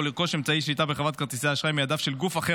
לרכוש אמצעי שליטה בחברת כרטיסי אשראי מידיו של גוף אחר